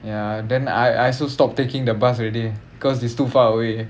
ya then I I also stopped taking the bus already because it's too far away